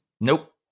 Nope